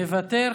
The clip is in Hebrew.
מוותר.